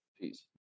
peace